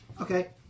Okay